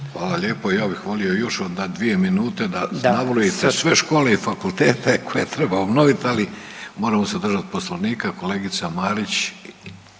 Hvala lijepo i ja bih volio još na dvije minute da navodite sve škole i fakultete koje treba obnoviti, ali moramo se držati Poslovnika. Kolegica Marić